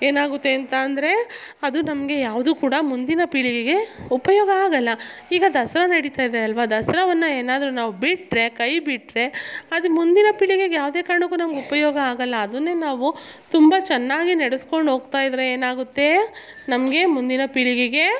ಏನಾಗುತ್ತೆ ಅಂತ ಅಂದರೆ ಅದು ನಮಗೆ ಯಾವುದು ಕೂಡ ಮುಂದಿನ ಪೀಳಿಗೆಗೆ ಉಪಯೋಗ ಆಗೋಲ್ಲ ಈಗ ದಸರ ನಡಿತಾಯಿದೆ ಅಲ್ಲವ ದಸ್ರವನ್ನು ಏನಾರು ನಾವು ಬಿಟ್ಟರೆ ಕೈ ಬಿಟ್ಟರೆ ಅದು ಮುಂದಿನ ಪೀಳಿಗೆಗೆ ಯಾವುದೆ ಕಾರ್ಣಕ್ಕು ನಮ್ಗೆ ಉಪಯೋಗ ಆಗೋಲ್ಲ ಅದುನ್ನೆ ನಾವು ತುಂಬ ಚೆನ್ನಾಗಿ ನಡಸ್ಕೊಂಡು ಹೋಗ್ತಾಯಿದ್ರೆ ಏನಾಗುತ್ತೆ ನಮಗೆ ಮುಂದಿನ ಪೀಳಿಗೆಗೆ